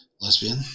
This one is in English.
lesbian